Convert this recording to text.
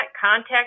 Contact